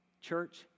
Church